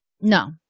No